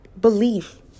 belief